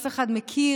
אף אחד מכיר,